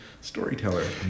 storyteller